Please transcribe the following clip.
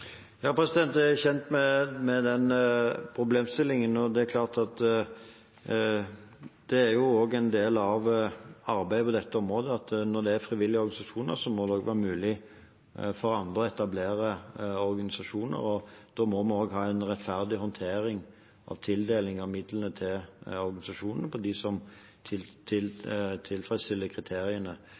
jeg er kjent med den problemstillingen. Når en del av arbeidet på dette området gjøres av frivillige organisasjoner, må det også være mulig for andre å etablere organisasjoner. Da må vi ha en rettferdig håndtering av tildelingen av midlene til organisasjonene som tilfredsstiller kriteriene. Så får vi komme tilbake til en vurdering av om det er behov for å øke denne potten på et senere tidspunkt. Me går då til